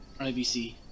IBC